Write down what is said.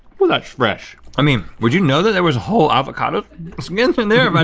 ooh that's fresh. i mean would you know that there was a whole avocado skin so in there but